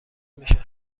میشه